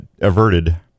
averted